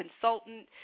consultant